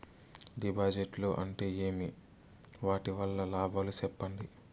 డిపాజిట్లు అంటే ఏమి? వాటి వల్ల లాభాలు సెప్పండి?